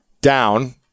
down